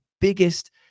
biggest